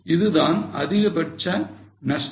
இதுதான் அதிகபட்ச நஷ்டம்